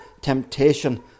temptation